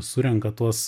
surenka tuos